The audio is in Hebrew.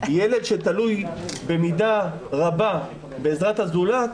"ילד שתלוי במידה רבה בעזרת הזולת"